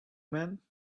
man